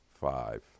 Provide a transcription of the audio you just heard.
five